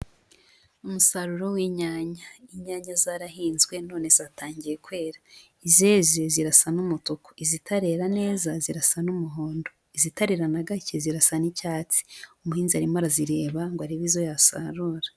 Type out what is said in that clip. Umusaruro w'inyanya. Inyanya zarahinzwe none zatangiye kwera. Izeze zirasa n'umutuku, izitarera neza zirasa n'umuhondo, izitarera na gake zirasa n'icyatsi. Umuhinzi arimo arazireba ngo arebe izo yasarura.